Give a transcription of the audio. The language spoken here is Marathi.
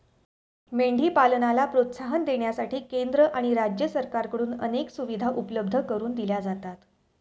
मेंढी पालनाला प्रोत्साहन देण्यासाठी केंद्र आणि राज्य सरकारकडून अनेक सुविधा उपलब्ध करून दिल्या जातात